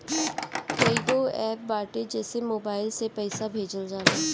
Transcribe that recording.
कईगो एप्प बाटे जेसे मोबाईल से पईसा भेजल जाला